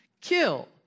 kill